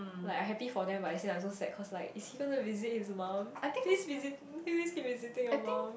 like I happy for them but still I so sad cause like is he going to visit his mum please visit please keep visiting your mum